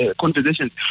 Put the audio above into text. conversations